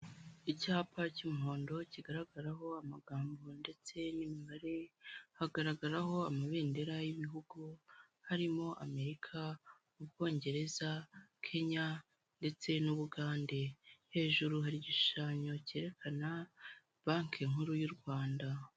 Icyapa cy'umuhondo kigaragaraho amagambo ndetse n'imibare ,hagaragaraho amabendera y'ibihugu harimo amerika ,bwongereza ,kenya ndetse n' ubugande hejuru hari igishushanyo cyerekana banki nkuru y'u rwanda.